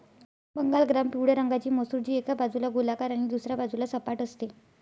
Bengal gram पिवळ्या रंगाची मसूर, जी एका बाजूला गोलाकार आणि दुसऱ्या बाजूला सपाट असते